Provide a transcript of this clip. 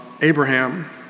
Abraham